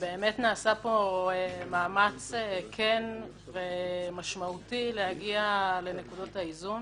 ובאמת נעשה פה מאמץ כן ומשמעותי להגיע לנקודות האיזון.